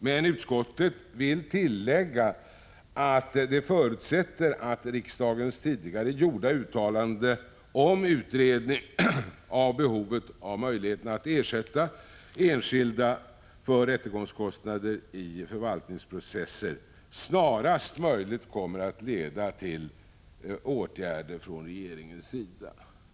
Men utskottet vill tillägga att det förutsätter att riksdagens tidigare gjorda uttalande om utredning av behovet av möjligheter att ersätta enskilda för rättegångskostnader i förvaltningsprocesser snarast kommer att leda till åtgärder från regeringens sida.